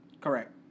Correct